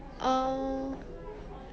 um